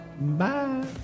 Bye